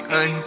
Hey